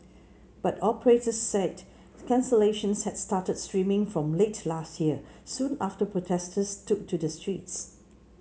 but operators said cancellations had started streaming from late last year soon after protesters took to the streets